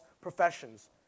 professions